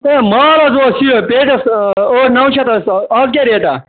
ہے مال حظ ووت یہِ پیٹٮ۪س ٲٹھ نَو شَتھ ٲس آ آز کیٛاہ ریٹا